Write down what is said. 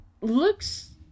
looks